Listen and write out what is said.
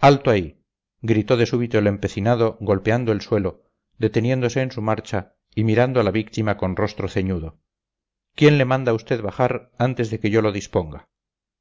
alto ahí gritó de súbito el empecinado golpeando el suelo deteniéndose en su marcha y mirando a la víctima con rostro ceñudo quién le manda a usted bajar antes de que yo lo disponga